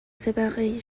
séparés